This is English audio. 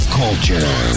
culture